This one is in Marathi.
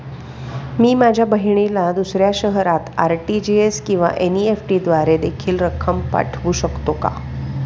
मी माझ्या बहिणीला दुसऱ्या शहरात आर.टी.जी.एस किंवा एन.इ.एफ.टी द्वारे देखील रक्कम पाठवू शकतो का?